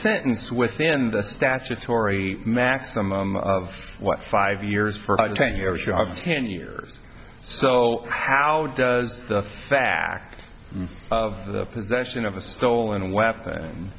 sentence within the statutory maximum of what five years for ten years you have ten years so how does the fact of the possession of a stolen weapon